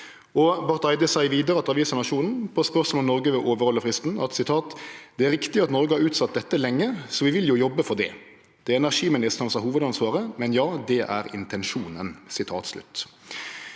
Barth Eide seier vidare til avisa Nationen på spørsmål om Noreg vil overhalde fristen: «Det er riktig at Norge har utsatt dette lenge, så vi vil jo jobbe for det. Det er energiministeren som har hovedansvar for dette. Men ja, det er intensjonen.»